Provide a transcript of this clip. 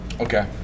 Okay